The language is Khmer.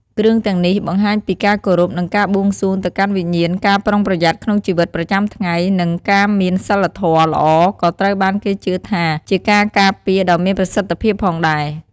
គ្រឿងទាំងនេះបង្ហាញពីការគោរព និងការបួងសួងទៅកាន់វិញ្ញាណ ការប្រុងប្រយ័ត្នក្នុងជីវិតប្រចាំថ្ងៃ និងការមានសីលធម៌ល្អ ក៏ត្រូវបានគេជឿថាជាការការពារដ៏មានប្រសិទ្ធភាពផងដែរ។